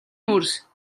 нүүрс